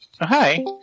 Hi